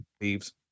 thieves